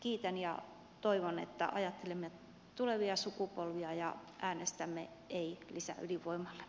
kiitän ja toivon että ajattelemme tulevia sukupolvia ja äänestämme ei lisäydinvoimalle